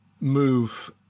move